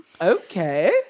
Okay